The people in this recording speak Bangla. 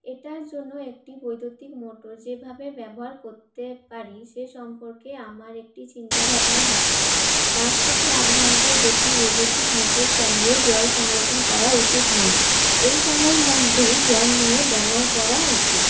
এটার জন্য একটি বৈদ্যুতিক মোটর যেভাবে ব্যবহার করতে পারি সে সম্পর্কে আমার একটি চিন্তাভাবনা হচ্ছে পাঁচ থেকে আট ঘন্টার বেশি বৈদ্যুতিক মোটর চালিয়ে জল সংরক্ষণ করা উচিত নয় এই সময়ের মধ্যেই জল নিয়ে ব্যবহার করা উচিত